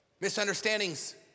misunderstandings